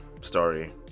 story